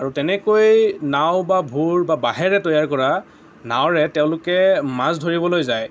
আৰু তেনেকৈ নাও বা ভূৰ বাঁহেৰে তৈয়াৰ কৰা নাওৰে তেওঁলোকে মাছ ধৰিবলৈ যায়